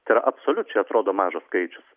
tai yra absoliučiai atrodo mažas skaičius